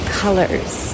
colors